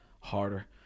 harder